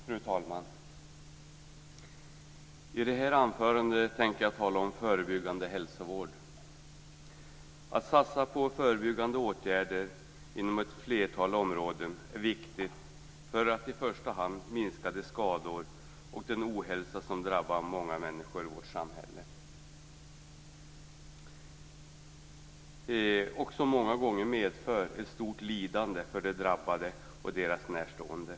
Fru talman! I det här anförandet tänker jag tala om förebyggande hälsovård. Att satsa på förebyggande åtgärder inom ett flertal områden är viktigt för att i första hand minska de skador och den ohälsa som drabbar många människor i vårt samhälle, och som många gånger medför ett stort lidande för de drabbade och deras närstående.